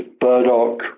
burdock